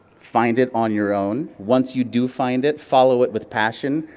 find it on your own. once you do find it, follow it with passion.